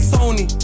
Sony